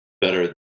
better